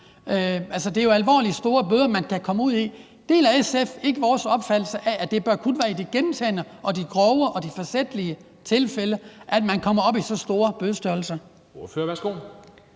Altså, det er jo alvorligt store bøder, man kan komme ud for. Deler SF ikke vores opfattelse af, at det kun bør være i de gentagne, de grove og de forsætlige tilfælde, at man kommer op i så store bødestørrelser?